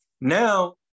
now